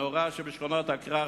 הנאורה שבשכונות הכרך,